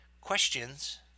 questions